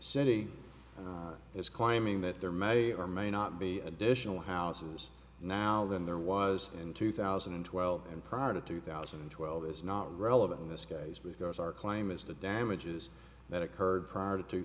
city is claiming that there may or may not be additional houses now than there was in two thousand and twelve and prior to two thousand and twelve is not relevant in this case because our claim is the damages that occurred prior to two